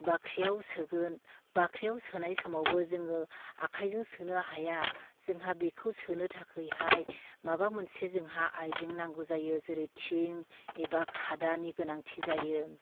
बाख्रिआव सोगोन बाख्रियाव सोनाय समावबो जोङो आखाइजों सोनो हाया जोंहा बेखौ सोनो थाखायहाय माबा मोनसे जोंहा आइजें नांगौ जायो जेरै थिं एबा खादानि गोनांथि जायो